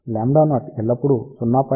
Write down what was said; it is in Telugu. λ0 ఎల్లప్పుడూ 0